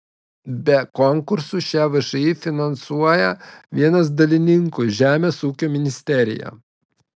be konkursų šią všį finansuoja vienas dalininkų žemės ūkio ministerija